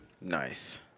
Nice